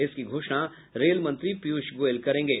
इसकी घोषणा रेल मंत्री पीयुष गोयल करेंगे